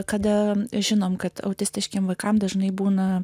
kada žinome kad autistiškiems vaikams dažnai būna